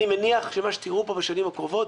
אני מניח שמה שתראו פה בשנים הקרובות,